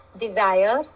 desire